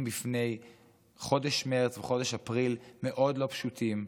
בפני חודש מרץ וחודש אפריל מאוד לא פשוטים,